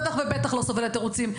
בטח ובטח שלא סובלת תירוצים.